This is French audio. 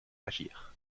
agir